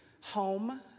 home